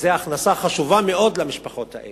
וזאת הכנסה חשובה מאוד למשפחות האלה.